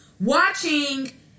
watching